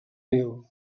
nil